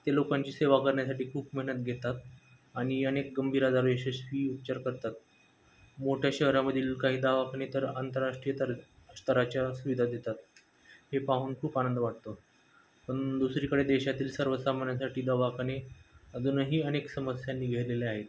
ते लोकांची सेवा करण्यासाठी खूप मेहनत घेतात आणि अनेक गंभीर आजारवर यशस्वी उपचार करतात मोठ्या शहरामधील काही दवाखाने तर आंतरराष्ट्रीय त स्तराच्या सुविधा देतात हे पाहून खूप आनंद वाटतो पण दुसरीकडे देशातील सर्वसामान्यांसाठी दवाखाने अजूनही अनेक समस्यांनी घेरलेले आहेत